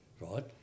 right